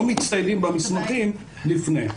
הם לא מצטיידים במסמכים לפני.